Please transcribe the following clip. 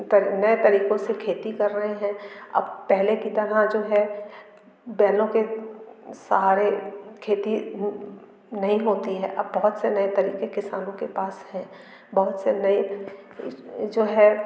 तर नए तरीक़ों से खेती कर रहे हैं अब पहले की तरह जो है बैलों के सहारे खेती नहीं होती है अब बहोत से तरीक़े किसानों के पास हैं बहुत से नए जो हैं